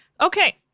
Okay